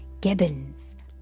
gibbons